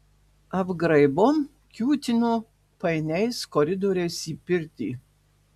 apgraibom kiūtino painiais koridoriais į pirtį